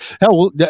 Hell